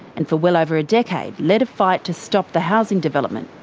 and for well over a decade led a fight to stop the housing development.